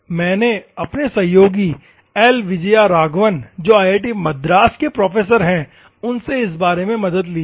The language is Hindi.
मैंने अपने सहयोगी एल विजया राघवन जो आईआईटी मद्रास के प्रोफेसर है उनसे इस बारे में मदद ली हैं